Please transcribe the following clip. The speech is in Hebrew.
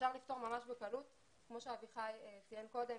אפשר לפתור ממש בקלות, כמו שאביחי ציין קודם,